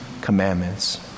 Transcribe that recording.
commandments